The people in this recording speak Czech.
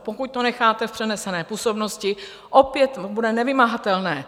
Pokud to necháte v přenesené působnosti, opět bude nevymahatelné.